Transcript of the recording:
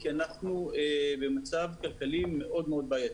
כי אנחנו במצב כלכלי מאוד מאוד בעייתי.